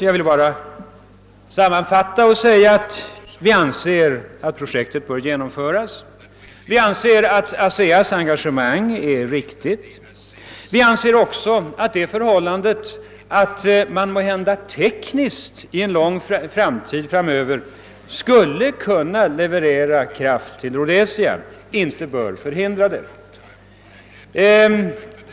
Jag vill bara sammanfattande säga att vi anser att projektet bör genomföras. Vi anser att ASEA:s engagemang är riktigt. Vi anser också att det förhållandet, att man måhända tekniskt i en framtid skulle kunna leverera kraft till Rhodesia, inte bör vara hindrande.